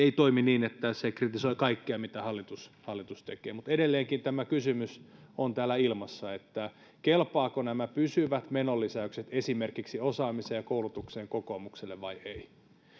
ei toimi niin että se kritisoi kaikkea mitä hallitus hallitus tekee mutta edelleenkin tämä kysymys on täällä ilmassa että kelpaavatko nämä pysyvät menolisäykset esimerkiksi osaamiseen ja koulutukseen kokoomukselle vai eivät